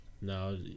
No